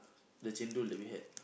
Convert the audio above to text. the chendol that we had